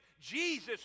Jesus